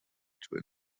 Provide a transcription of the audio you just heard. twin